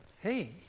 hey